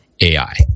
AI